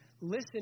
listen